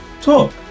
talk